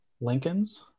Lincoln's